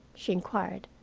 she inquired.